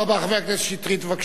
חבר הכנסת שטרית, בבקשה.